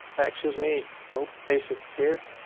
excuse me, nope, paste it here.